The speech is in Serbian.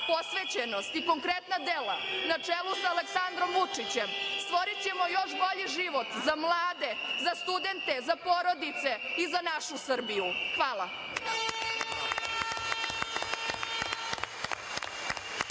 posvećenost i konkretna dela, na čelu sa Aleksandrom Vučićem, stvorićemo još bolji život za mlade, za studente, za porodice i za našu Srbiju. Hvala.